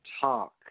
talk